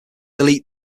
delete